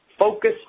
Focus